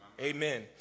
Amen